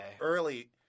early